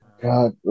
God